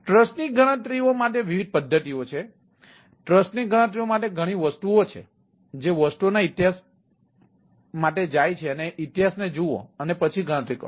ટ્રસ્ટની ગણતરીઓ માટે વિવિધ પદ્ધતિઓ છે ટ્રસ્ટની ગણતરીઓ માટે ઘણી વસ્તુઓ છે જે વસ્તુઓના ઇતિહાસ માટે જાય છે અને ઇતિહાસ ને જુઓ અને પછી ગણતરી કરો